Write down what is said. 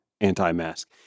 anti-mask